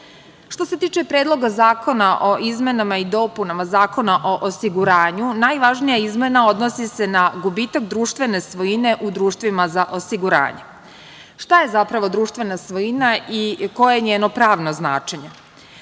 se tiče Predloga zakona o izmenama i dopunama Zakona o osiguranju, najvažnija izmena odnosi se na gubitak društvene svojine u društvima za osiguranje. Šta je zapravo društvena svojina i koje je njeno pravno značenje?